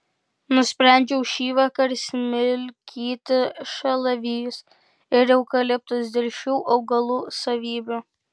nusprendžiau šįvakar smilkyti šalavijus ir eukaliptus dėl šių augalų savybių